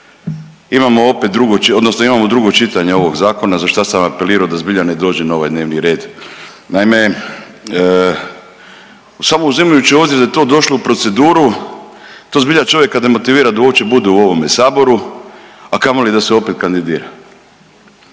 imamo drugo čitanje ovog zakona za šta sam apelirao da zbilja ne dođe na ovaj dnevni red. Naime, samo uzimajući u obzir da je to došlo u proceduru to zbilja čovjeka demotivira da uopće bude u ovome Saboru, a kamoli da se opet kandidira.